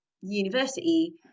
university